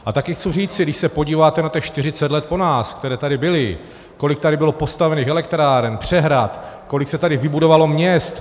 A taky chci říci, když se podíváte na těch čtyřicet let po nás, které tady byly, kolik tady bylo postavených elektráren, přehrad, kolik se tady vybudovalo měst.